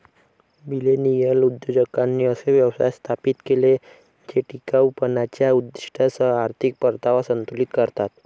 millennial उद्योजकांनी असे व्यवसाय स्थापित केले जे टिकाऊपणाच्या उद्दीष्टांसह आर्थिक परतावा संतुलित करतात